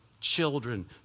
children